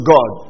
God